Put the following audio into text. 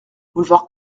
boulevard